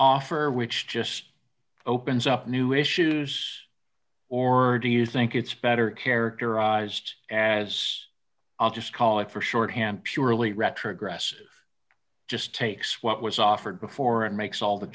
offer which just opens up new issues or do you think it's better characterized as i'll just call it for short hampshire really retrogressive just takes what was offered before and makes all the